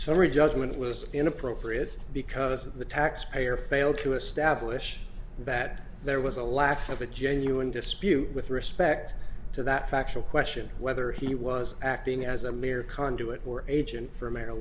summary judgment was inappropriate because of the tax payer failed to establish that there was a lack of a genuine dispute with respect to that factual question whether he was acting as a mere conduit or agent for merrill